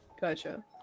Gotcha